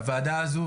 הוועדה הזו,